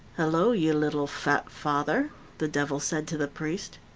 hello, you little fat father the devil said to the priest.